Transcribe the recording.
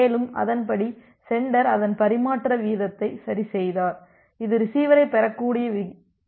மேலும் அதன்படி சென்டர் அதன் பரிமாற்ற வீதத்தை சரிசெய்தார் இது ரிசிவரைப் பெறக்கூடிய விகிதத்தை மிகைப்படுத்தாது